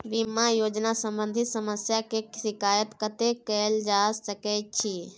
बीमा योजना सम्बंधित समस्या के शिकायत कत्ते कैल जा सकै छी?